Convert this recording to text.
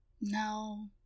No